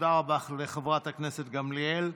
תודה רבה לחברת הכנסת גמליאל.